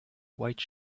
white